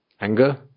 anger